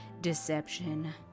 deception